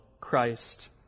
Christ